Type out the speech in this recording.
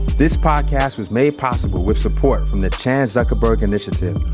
this podcast was made possible with support from the chan zuckerberg initiative,